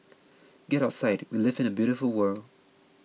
get outside we live in a beautiful world